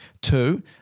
Two